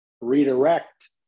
redirect